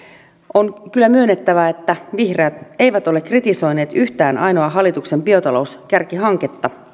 on kyllä myönnettävä että vihreät eivät ole kritisoineet yhtä ainutta hallituksen biotalouskärkihanketta